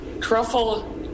truffle